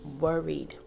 worried